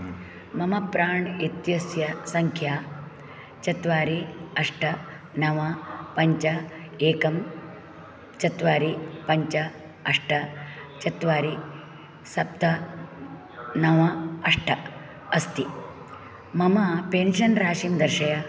मम प्राण् इत्यस्य सङ्ख्या चत्वारि अष्ट नव पञ्च एकं चत्वारि पञ्च अष्ट चत्वारि सप्त नव अष्ट अस्ति मम पेन्शन् राशिं दर्शय